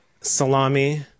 salami